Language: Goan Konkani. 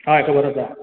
हय खबर आसा